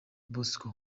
bosco